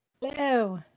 Hello